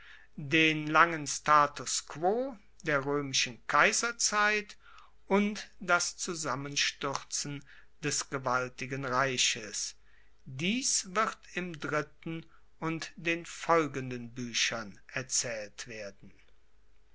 den langen status quo der roemischen kaiserzeit und das zusammenstuerzen des gewaltigen reiches dies wird im dritten und den folgenden buechern erzaehlt werden